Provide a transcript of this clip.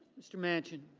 mr. manchin.